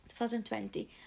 2020